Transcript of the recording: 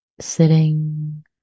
sitting